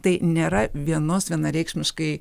tai nėra vienos vienareikšmiškai